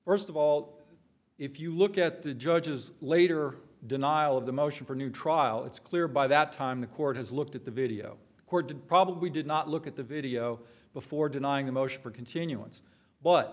first of all if you look at the judge's later denial of the motion for new trial it's clear by that time the court has looked at the video court probably did not look at the video before denying a motion for continu